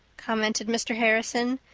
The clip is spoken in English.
commented mr. harrison,